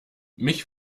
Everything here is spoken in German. mich